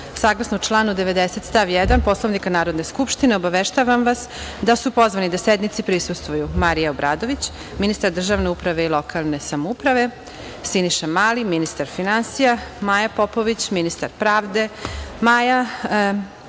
članu 90. stav 1. Poslovnika Narodne skupštine, obaveštavam vas da su pozvani da sednici prisustvuju: Marija Obradović, ministar državne uprave i lokalne samouprave, Siniša Mali, ministar finansija, Maja Popović, ministar pravde, Maja